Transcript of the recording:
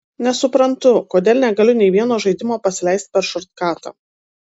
nesuprantu kodėl negaliu nei vieno žaidimo pasileist per šortkatą